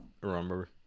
remember